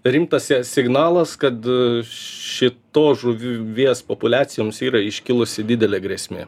rimtas sie signalas kad šitos žuvies populiacijoms yra iškilusi didelė grėsmė